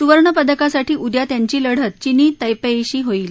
सुवर्ण पदकासाठी उद्या त्यांची लढत चिनी तैपेईशी होईल